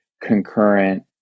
concurrent